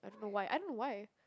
I don't know why I don't know why